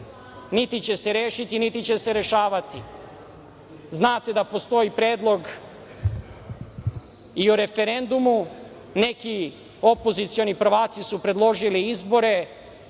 niti će se rešiti, niti će se rešavati. Znate da postoji predlog i o referendumu. Neki opozicioni prvaci su predložili izbore,